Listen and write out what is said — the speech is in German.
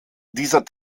dieser